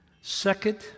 Second